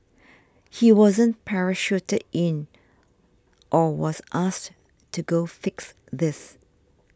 he wasn't parachuted in or was asked to go fix this